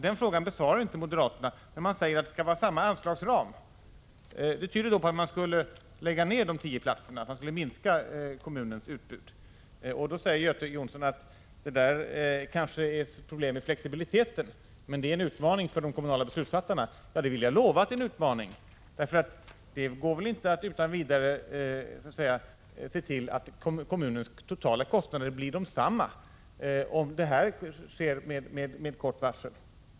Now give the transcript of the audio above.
Denna fråga besvarar inte moderaterna, men de säger att det skall vara samma anslagsram. Det tyder på att de tio platserna skall läggas ned, att kommunens utbud skall minskas. Göte Jonsson säger att moderaternas förslag kanske kommer att medföra problem när det gäller flexibiliteten, men att det är en utmaning för de kommunala beslutsfattarna. Ja det vill jag lova! Det går inte att utan vidare se till att kommunens totala kostnader blir desamma om det hela sker med kort varsel.